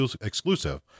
exclusive